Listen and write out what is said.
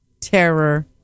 Terror